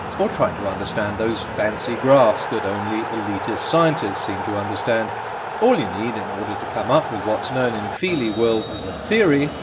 or trying to understand those fancy graphs that only elitist scientists seem to understand all you need in order to come up with what's known in feelie world as a theory,